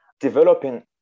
developing